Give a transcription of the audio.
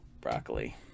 Broccoli